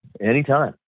anytime